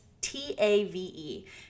T-A-V-E